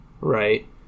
right